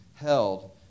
held